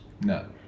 No